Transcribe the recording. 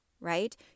right